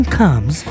comes